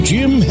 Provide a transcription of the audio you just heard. Jim